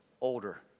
Older